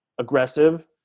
aggressive